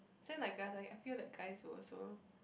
same like guys I I feel like guys will also